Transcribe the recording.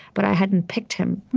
but i hadn't picked him.